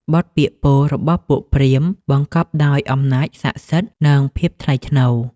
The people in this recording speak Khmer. បទពាក្យពោលរបស់ពួកព្រាហ្មណ៍ បង្កប់ដោយអំណាចស័ក្តិសិទ្ធិ និងភាពថ្លៃថ្នូរ។